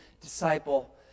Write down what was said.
disciple